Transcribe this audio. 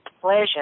pleasure